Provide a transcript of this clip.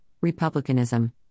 republicanism